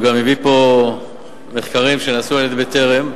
הוא גם הביא פה מחקרים שנעשו על-ידי "בטרם".